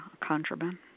Contraband